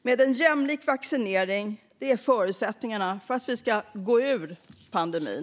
Men en jämlik vaccinering är förutsättningen för att vi ska gå ur pandemin.